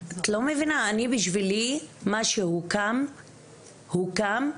בשבילי מה שהוקם הוקם,